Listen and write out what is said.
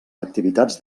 activitats